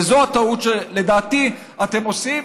וזו הטעות שלדעתי אתם עושים.